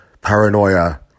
paranoia